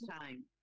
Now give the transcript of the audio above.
time